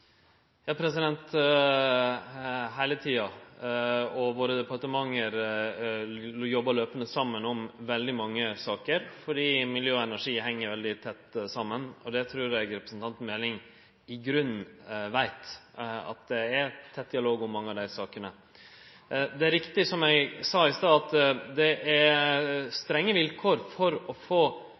om veldig mange saker fordi miljøvern og energi heng veldig tett saman. Det trur eg representanten Meling i grunnen veit, at det er tett dialog om mange av dei sakene. Det er riktig, som eg sa i stad, at det er strenge vilkår for å få